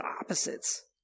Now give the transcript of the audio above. opposites